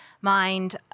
mind